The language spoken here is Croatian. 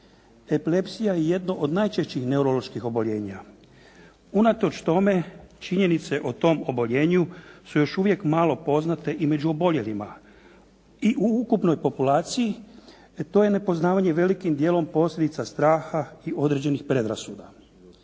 Epilepsija je jedno od najčešćih neuroloških oboljenja. Unatoč tome, činjenice o tom oboljenju su još uvijek malo poznate i među oboljelima i u ukupnoj populaciji to je nepoznavanje velikim dijelom posljedica straha i određenih predrasuda.